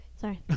Sorry